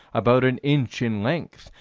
about an inch in length.